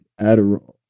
Adderall